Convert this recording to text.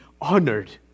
honored